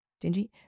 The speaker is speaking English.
dingy